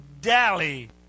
dally